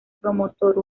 promotor